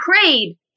prayed